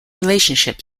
relationship